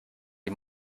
die